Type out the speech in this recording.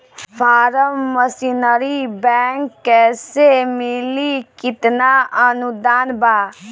Form machinery bank कैसे मिली कितना अनुदान बा?